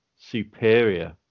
Superior